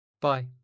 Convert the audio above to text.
Bye